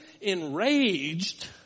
enraged